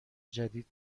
جدید